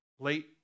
Late